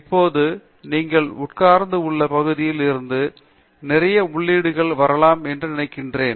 இப்போது நீங்கள் உட்கார்ந்து உள்ள பகுதியில் இருந்து நிறைய உள்ளீடுகள் வரலாம் என்று நினைக்கிறேன்